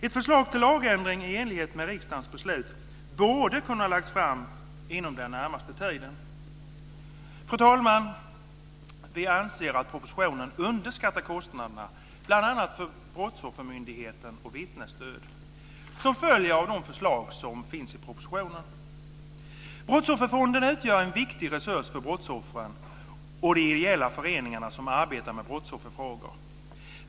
Ett förslag till lagändring i enlighet med riksdagens beslut borde kunna läggas fram inom den närmaste tiden. Fru talman! Vi anser att förslagen i propositionen underskattar kostnaderna för bl.a. Brottsoffermyndigheten och vittnesstöd. Brottsofferfonden utgör en viktig resurs för brottsoffren och de ideella föreningar som arbetar med brottsofferfrågor.